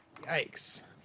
Yikes